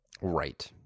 Right